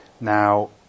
Now